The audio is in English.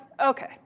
Okay